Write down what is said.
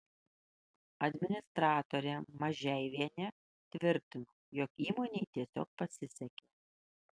administratorė mažeivienė tvirtino jog įmonei tiesiog pasisekė